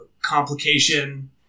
complication